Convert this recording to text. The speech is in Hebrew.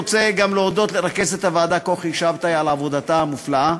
רוצה גם להודות לרכזת הוועדה כוכי שבתאי על עבודתה המופלאה.